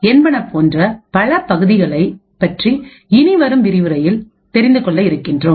என்பன போன்ற பல பகுதிகளை பற்றி இனிவரும் விரிவுரையில் தெரிந்துகொள்ள இருக்கின்றோம்